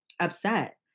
upset